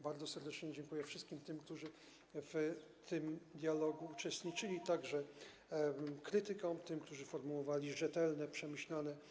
Bardzo serdecznie dziękuję wszystkim tym, którzy w tym dialogu uczestniczyli, także krytykom, tym, którzy formułowali rzetelne, przemyślane argumenty.